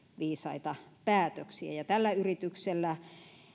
viisaita päätöksiä tällä yrityksellä